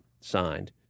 signed